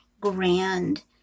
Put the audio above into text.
grand